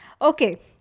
okay